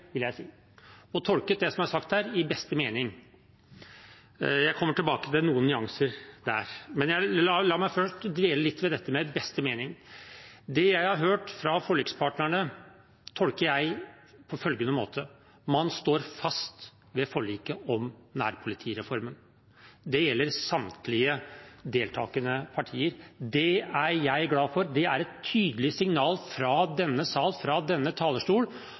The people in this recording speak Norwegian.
vil jeg si, og tolket det som er sagt her, i beste mening. Jeg kommer tilbake til noen nyanser i det. La meg først dvele litt ved dette med «beste mening». Det jeg har hørt fra forlikspartnerne, tolker jeg på følgende måte: Man står fast på forliket om nærpolitireformen. Det gjelder samtlige deltagende partier. Det er jeg glad for. Det er et tydelig signal fra denne salen og denne